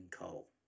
coal